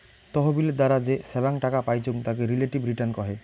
তহবিলের দ্বারা যে ছাব্যাং টাকা পাইচুঙ তাকে রিলেটিভ রিটার্ন কহে